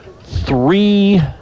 three